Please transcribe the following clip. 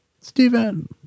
Stephen